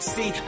See